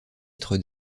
être